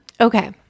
Okay